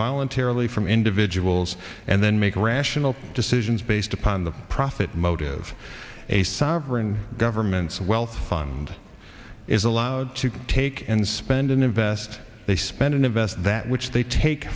voluntarily from individuals and then make rational decisions based upon the profit motive a sovereign governments wealth fund is allowed to take and spend and invest they spend and invest that which they take